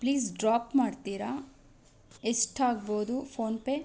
please drop ಮಾಡ್ತೀರಾ ಎಷ್ಟಾಗ್ಬೋದು PhonePe